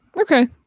okay